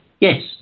Yes